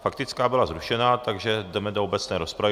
Faktická byla zrušena, takže jdeme do obecné rozpravy.